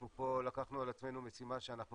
אנחנו פה לקחנו על עצמנו משימה שאנחנו